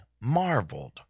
marveled